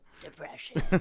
depression